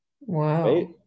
Wow